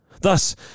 Thus